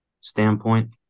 standpoint